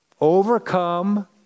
Overcome